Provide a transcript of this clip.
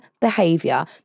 behavior